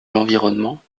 l’environnement